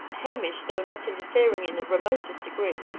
hamish, though not interfering in the remotest degree,